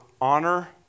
honor